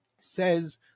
says